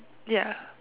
ya